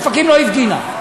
אופקים לא הפגינה,